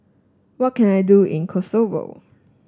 what can I do in Kosovo